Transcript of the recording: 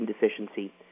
deficiency